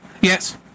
yes